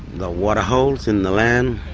the waterholes in the land,